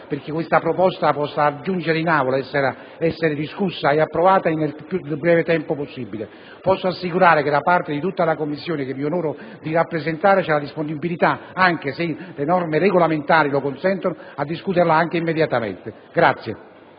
perché questa proposta possa giungere in Aula, essere discussa ed approvata nel più breve tempo possibile. Posso assicurare che da parte di tutta la Commissione che mi onoro di rappresentare c'è la disponibilità, se le norme regolamentari lo consentono, a discuterla anche immediatamente.